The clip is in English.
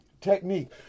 technique